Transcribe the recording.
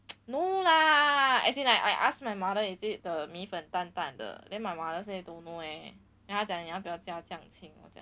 no lah as in like I ask my mother is it the 米粉淡淡的 then my mother say don't know eh then 他讲你要不要加这么酱清我讲:ta jiang ni yao bu yao zhe me wo jiang